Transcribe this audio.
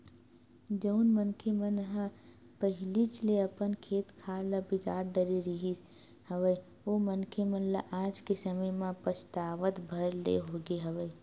जउन मनखे मन ह पहिलीच ले अपन खेत खार ल बिगाड़ डरे रिहिस हवय ओ मनखे मन ल आज के समे म पछतावत भर ले होगे हवय